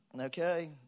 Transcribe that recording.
Okay